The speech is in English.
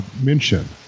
mention